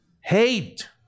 hate